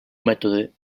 mètode